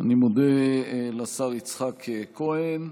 אני מודה לשר יצחק כהן.